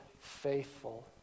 faithful